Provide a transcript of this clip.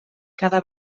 cada